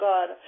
God